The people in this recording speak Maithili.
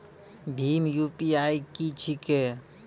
भीम यु.पी.आई की छीके?